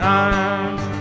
arms